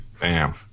Bam